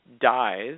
dies